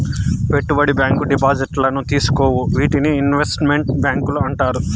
పెట్టుబడి బ్యాంకు డిపాజిట్లను తీసుకోవు వీటినే ఇన్వెస్ట్ మెంట్ బ్యాంకులు అంటారు